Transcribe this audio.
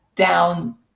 down